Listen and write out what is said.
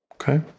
Okay